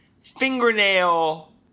fingernail